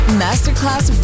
masterclass